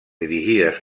dirigides